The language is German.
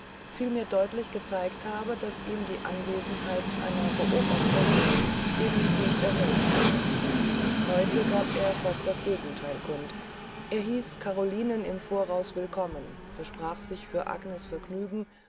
vielmehr deutlich gezeigt hatte daß ihm die anwesenheit einer beobachterin eben nicht erwünscht sei heute gab er fast das gegentheil kund er hieß carolinen im voraus willkommen versprach sich für agnes vergnügen